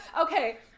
Okay